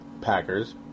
Packers